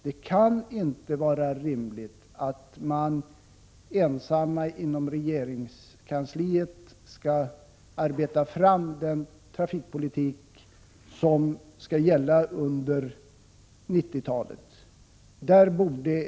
Det kan inte vara rimligt att de ensamma, inom regeringskansliet, skall arbeta fram den trafikpolitik som skall gälla under 1990-talet.